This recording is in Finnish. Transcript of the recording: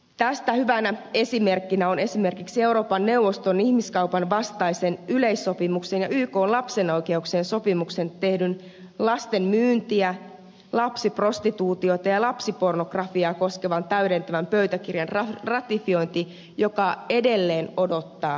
tästä hyvänä esimerkkinä on esimerkiksi euroopan neuvoston ihmiskaupanvastaiseen yleissopimukseen ja ykn lapsen oikeuksien sopimukseen tehdyn lasten myyntiä lapsiprostituutiota ja lapsipornografiaa koskevan täydentävän pöytäkirjan ratifiointi joka edelleen odottaa päätöstään